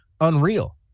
unreal